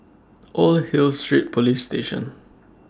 Old Hill Street Police Station